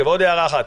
ועוד הערה אחת,